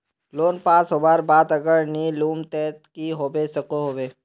Loan pass होबार बाद अगर नी लुम ते की होबे सकोहो होबे?